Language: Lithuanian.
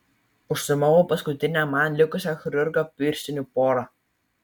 užsimoviau paskutinę man likusią chirurgo pirštinių porą